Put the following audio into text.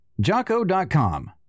Jocko.com